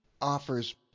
offers